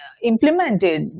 implemented